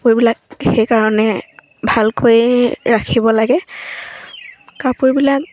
কাপোৰবিলাক সেইকাৰণে ভালকৈয়ে ৰাখিব লাগে কাপোৰবিলাক